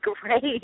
great